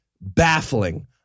baffling